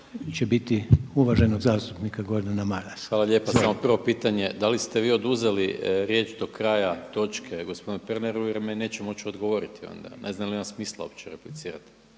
će biti uvaženog zastupnika Gordana Marasa. **Maras, Gordan (SDP)** Hvala lijepa. Samo prvo pitanje, da li ste vi oduzeli riječ do kraja točke gospodinu Pernaru jer mi neće moći odgovoriti onda, ne znam ima li smisla uopće replicirati?